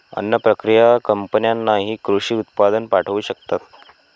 अन्न प्रक्रिया कंपन्यांनाही कृषी उत्पादन पाठवू शकतात